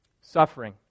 Suffering